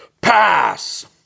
pass